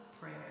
prayer